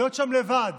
להיות שם לבד,